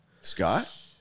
Scott